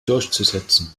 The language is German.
durchzusetzen